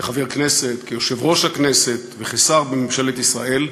כחבר הכנסת, כיושב-ראש הכנסת וכשר בממשלת ישראל,